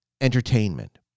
entertainment